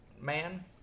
man